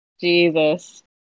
Jesus